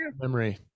memory